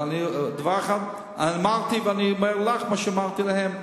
אבל דבר אחד אמרתי, ואני אומר לך מה שאמרתי להם.